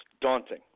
daunting